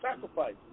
sacrifice